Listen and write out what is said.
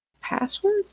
Password